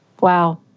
Wow